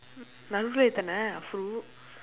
நம்ம எத்தனே:namma eththanee